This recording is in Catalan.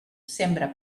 sembra